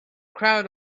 crowd